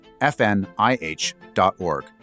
fnih.org